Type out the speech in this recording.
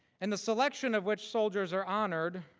and the selection of which soldiers are honored,